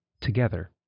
together